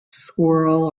swirl